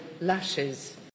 lashes